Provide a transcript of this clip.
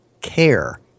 care